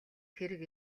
хэрэг